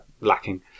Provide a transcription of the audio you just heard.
lacking